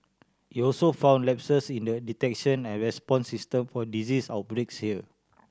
it also found lapses in the detection and response system for disease outbreaks here